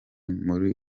muri